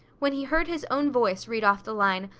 when he heard his own voice read off the line,